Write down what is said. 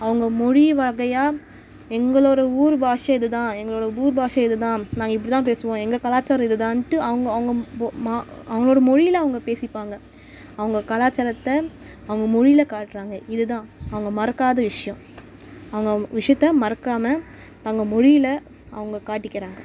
அவங்க மொழி வகையாக எங்களோடய ஊர் பாஷை இதுதான் எங்களோடய ஊர் பாஷை இதுதான் நான் இப்படிதான் பேசுவோம் எங்கள் கலாச்சாரம் இதுதான்ட்டு அவங்க அவங்க பொ மா அவங்களோட மொழியில் அவங்க பேசிப்பாங்க அவங்க கலாச்சாரத்தை அவங்க மொழியில் காட்டுறாங்க இதுதான் அவங்க மறக்காத விஷயம் அவங்க விஷயத்த மறக்காமல் தங்கள் மொழியில் அவங்க காட்டிக்கிறாங்க